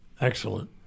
Excellent